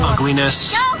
Ugliness